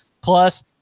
plus